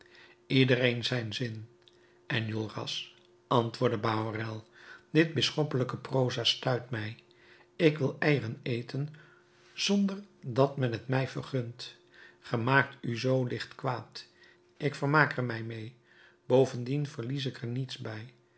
ieder zijn zin enjolras antwoordde bahorel dit bisschoppelijke proza stuit mij ik wil eieren eten zonder dat men t mij vergunt ge maakt u zoo licht kwaad ik vermaak er mij mee bovendien verlies ik er niets bij